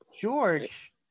George